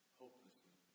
hopelessly